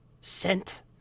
sent